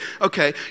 okay